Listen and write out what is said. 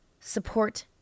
support